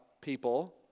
people